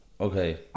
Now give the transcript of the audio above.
Okay